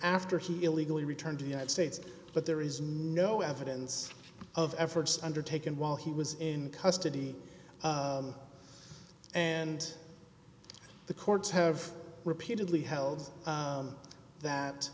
after he illegally returned to united states but there is no evidence of efforts undertaken while he was in custody and the courts have repeatedly held that